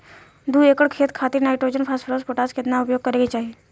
दू एकड़ खेत खातिर नाइट्रोजन फास्फोरस पोटाश केतना उपयोग करे के चाहीं?